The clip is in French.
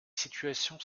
situations